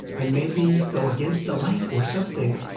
and maybe go against a light or something,